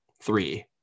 three